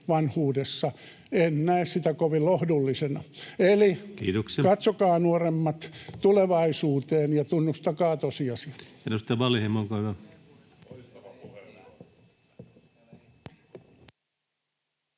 En näe sitä kovin lohdullisena. [Puhemies: Kiitoksia!] Eli katsokaa nuoremmat tulevaisuuteen ja tunnustakaa tosiasiat.